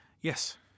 Yes